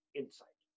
insight